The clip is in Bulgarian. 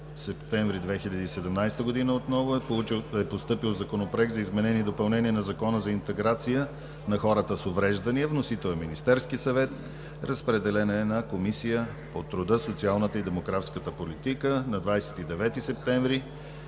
септември 2017 г. е постъпил Законопроект за изменение и допълнение на Закона за интеграция на хората с увреждания. Вносител е Министерският съвет. Разпределен е на Комисията по труда, социалната и демографската политика. На 29 септември